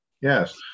Yes